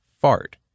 fart